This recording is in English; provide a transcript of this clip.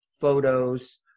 photos